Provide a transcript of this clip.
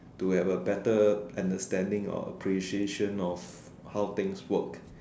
to have a better understanding or appreciation of how things work